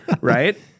right